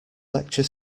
lecture